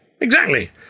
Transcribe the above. Exactly